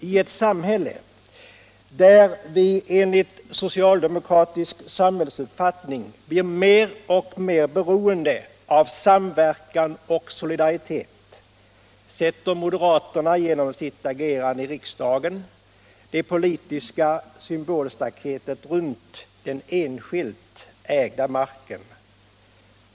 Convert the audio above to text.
I ett samhälle där vi enligt Socialdemokratisk uppfattning blir mer och mer beroende av samverkan och solidaritet sätter moderaterna genom sitt agerande i riksdagen det politiska symbolstaketet runt den enskilt ägda marken.